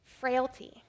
frailty